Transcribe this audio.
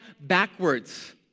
backwards